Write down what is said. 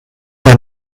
der